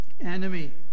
enemy